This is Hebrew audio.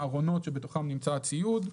הארונות שבתוכם נמצא הציוד,